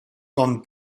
com